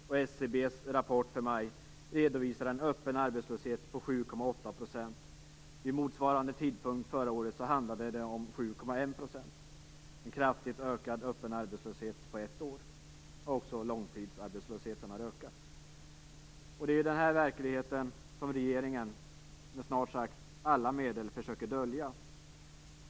Och i SCB:s rapport för maj redovisas en öppen arbetslöshet på 7,8 %. Vid motsvarande tidpunkt förra året handlade det om Också långtidsarbetslösheten har ökat. Den här verkligheten försöker regeringen med snart sagt alla medel dölja.